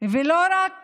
ולא רק